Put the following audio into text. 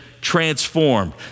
transformed